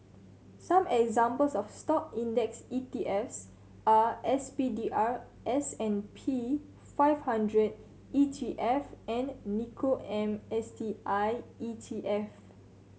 some examples of Stock index E T Fs are S P D R S and P five hundred E T F and Nikko am S T I E T F